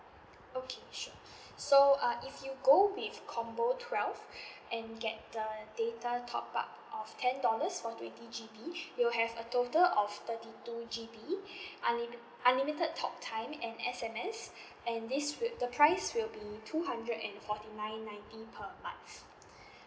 okay sure so uh if you go with combo twelve and get the data top up of ten dollars for twenty G_B you'll have a total of thirty two G_B unlimit~ unlimited talk time and S_M_S and this wit~ the price will be two hundred and forty nine ninety per month